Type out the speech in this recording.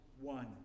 one